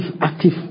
active